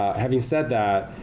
having said that,